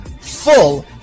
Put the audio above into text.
full